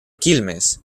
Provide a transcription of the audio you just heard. quilmes